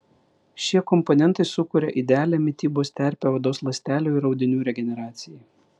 šie komponentai sukuria idealią mitybos terpę odos ląstelių ir audinių regeneracijai